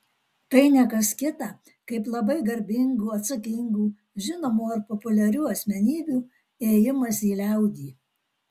tai ne kas kita kaip labai garbingų atsakingų žinomų ar populiarių asmenybių ėjimas į liaudį